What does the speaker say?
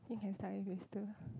I think can start with these two